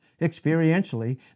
experientially